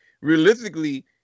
realistically